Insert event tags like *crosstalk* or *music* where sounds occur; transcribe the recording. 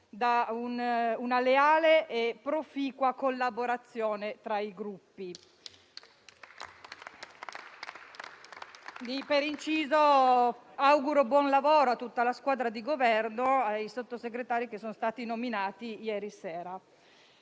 da una leale e proficua collaborazione tra i Gruppi. *applause* Auguro buon lavoro a tutta la squadra di Governo e ai sottosegretari che sono stati nominati ieri sera.